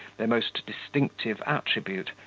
their most distinctive attribute,